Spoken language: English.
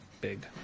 big